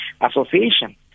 association